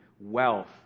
wealth